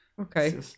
okay